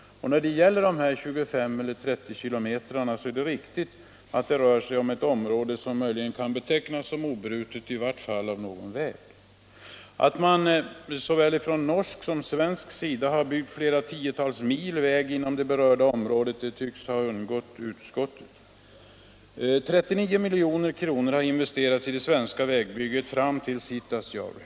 När det gäller dessa 25 eller 30 km är det riktigt att det rör sig om ett område som möjligen kan betecknas som obrutet, i varje fall av någon väg. Att man såväl från norsk som från svensk sida har byggt flera tiotal mil väg inom det berörda området tycks ha undgått utskottet. 39 milj.kr. har investerats i det svenska vägbygget fram till Sitasjaure.